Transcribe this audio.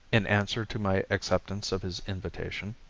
in answer to my acceptance of his invitation.